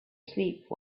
sleep